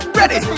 ready